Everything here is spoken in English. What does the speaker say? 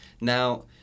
Now